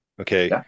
Okay